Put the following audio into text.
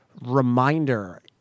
reminder